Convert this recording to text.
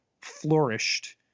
flourished